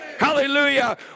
Hallelujah